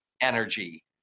energy